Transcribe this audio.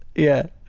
yeah.